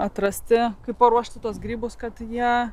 atrasti kaip paruošti tuos grybus kad jie